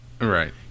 Right